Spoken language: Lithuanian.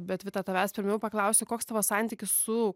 bet vita tavęs pirmiau paklausiu koks tavo santykis su